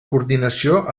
coordinació